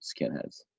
skinheads